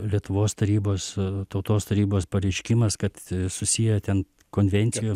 lietuvos tarybos tautos tarybos pareiškimas kad e susiję ten konvencinių